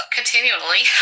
continually